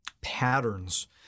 patterns